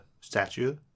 statue